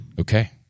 Okay